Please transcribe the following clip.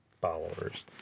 followers